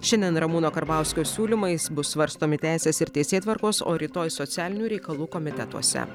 šiandien ramūno karbauskio siūlymais bus svarstomi teisės ir teisėtvarkos o rytoj socialinių reikalų komitetuose